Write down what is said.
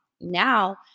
Now